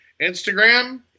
Instagram